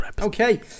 Okay